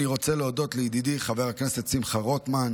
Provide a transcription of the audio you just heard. אני רוצה להודות לידידי חבר הכנסת שמחה רוטמן,